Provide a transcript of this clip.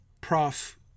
Prof